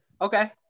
Okay